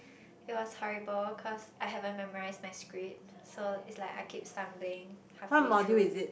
it was horrible cause I haven't memorise my script so it's like I keep stumbling halfway through